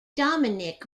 dominic